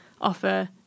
offer